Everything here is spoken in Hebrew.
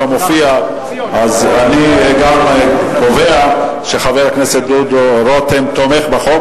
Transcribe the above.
אני גם קובע שחבר הכנסת דודו רותם תומך בחוק,